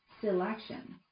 selection